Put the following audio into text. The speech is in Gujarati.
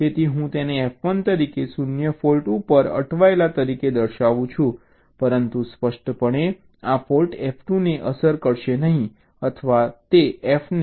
તેથી હું તેને F1 તરીકે 0 ફૉલ્ટ ઉપર અટવાયેલા તરીકે દર્શાવું છું પરંતુ સ્પષ્ટપણે આ ફૉલ્ટ F2 ને અસર કરશે નહીં અથવા તે F ને અસર કરશે નહીં